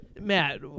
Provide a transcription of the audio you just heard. Matt